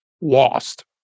lost